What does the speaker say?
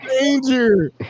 danger